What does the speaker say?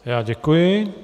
Já děkuji.